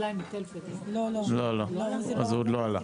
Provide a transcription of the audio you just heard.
הוא עוד לא עלה.